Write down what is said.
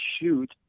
shoot